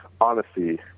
honesty